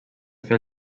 fer